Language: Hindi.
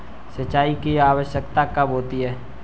सिंचाई की आवश्यकता कब होती है?